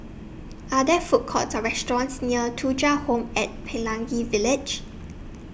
Are There Food Courts Or restaurants near Thuja Home At Pelangi Village